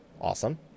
Awesome